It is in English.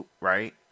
right